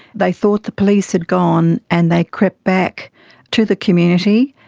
they thought the police had gone and they crept back to the community,